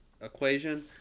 equation